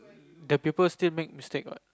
the people still make mistake what